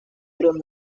through